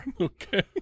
Okay